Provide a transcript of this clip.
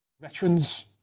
veterans